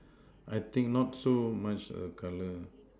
I think not so much err colour